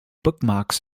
bookmarks